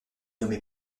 nommé